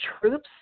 troops